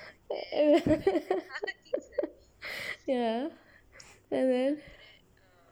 ya and then